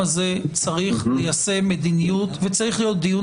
צריך ליישם מדיניות וצריך להיות דיון